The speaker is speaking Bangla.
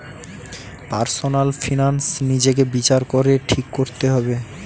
পার্সনাল ফিনান্স নিজেকে বিচার করে ঠিক কোরতে হবে